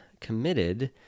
committed